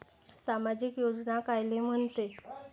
सामाजिक योजना कायले म्हंते?